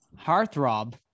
Hearthrob